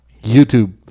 YouTube